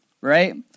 Right